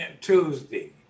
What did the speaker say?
Tuesday